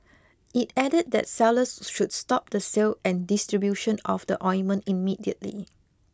it added that sellers should stop the sale and distribution of the ointment immediately